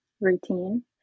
routine